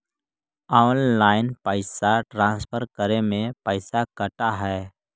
Online पैसा transfer करे में पैसा कटा है?